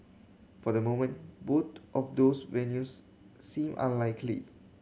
for the moment both of those venues seem unlikely